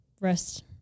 rest